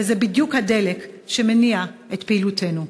וזה בדיוק הדלק שמניע את פעולותינו.